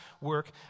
work